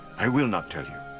i will not tell you,